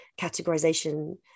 categorization